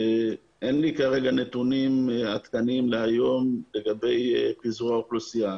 אין לי כרגע נתונים עדכניים להיום לגבי פיזור האוכלוסייה.